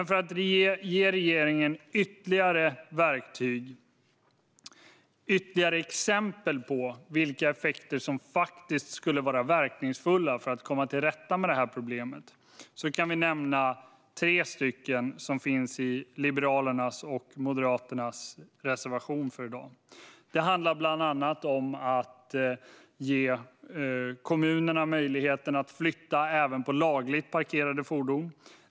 För att ge regeringen ytterligare verktyg och ytterligare exempel på vad som faktiskt skulle vara verkningsfullt för att man ska komma till rätta med detta problem kan jag nämna tre som finns i Liberalernas och Moderaternas reservation. Det handlar bland annat om att ge kommunerna möjlighet att flytta även på lagligt parkerade fordon.